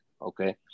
okay